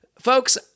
Folks